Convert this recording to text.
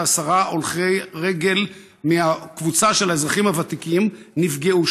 הולכי רגל מהקבוצה של האזרחים הוותיקים נפגעו,